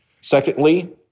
Secondly